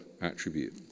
attribute